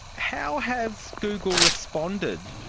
how has google responded?